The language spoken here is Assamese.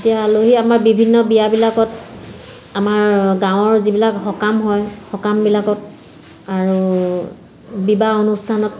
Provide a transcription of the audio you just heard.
এতিয়া আলহী আমাৰ বিভিন্ন বিয়াবিলাকত আমাৰ গাঁৱৰ যিবিলাক সকাম হয় সকামবিলাকত আৰু বিবাহ অনুষ্ঠানত